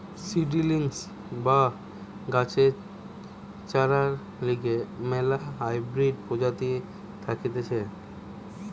seedlings বা গাছের চরার লিগে ম্যালা হাইব্রিড প্রজাতি থাকতিছে